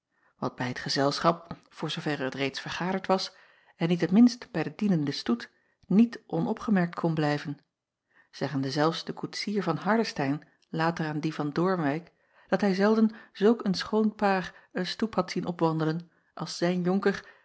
wat bij het gezelschap acob van ennep laasje evenster delen voor zooverre het reeds vergaderd was en niet het minst bij den dienenden stoet niet onopgemerkt kon blijven zeggende zelfs de koetsier van ardestein later aan dien van oornwijck dat hij zelden zulk een schoon paar een stoep had zien opwandelen als zijn onker